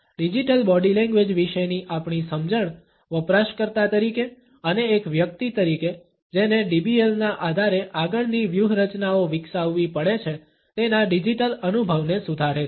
digital body language વિશેની આપણી સમજણ વપરાશકર્તા તરીકે અને એક વ્યક્તિ તરીકે જેને DBLના આધારે આગળની વ્યૂહરચનાઓ વિકસાવવી પડે છે તેના ડિજિટલ અનુભવને સુધારે છે